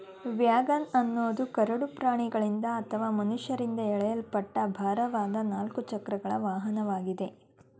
wagon ಅನ್ನೋದು ಕರಡು ಪ್ರಾಣಿಗಳಿಂದ ಅಥವಾ ಮನುಷ್ಯರಿಂದ ಎಳೆಯಲ್ಪಟ್ಟ ಭಾರವಾದ ನಾಲ್ಕು ಚಕ್ರಗಳ ವಾಹನವಾಗಿದೆ